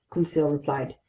conseil replied.